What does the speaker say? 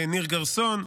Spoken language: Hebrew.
לניר גרסון,